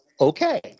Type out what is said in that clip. Okay